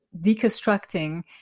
deconstructing